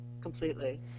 completely